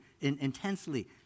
intensely